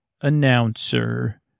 announcer